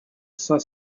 cinq